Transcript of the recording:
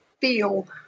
feel